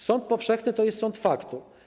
Sąd powszechny to jest sąd faktu.